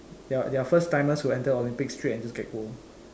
there are there are first timers who enter Olympics straight and just get gold